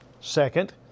Second